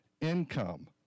income